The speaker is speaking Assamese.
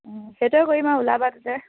সেইটোৱে কৰিম আৰু ওলাবা তেন্তে